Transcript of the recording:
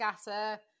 scatter